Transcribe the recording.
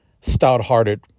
stout-hearted